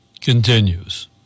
continues